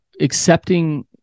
accepting